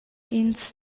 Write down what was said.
ins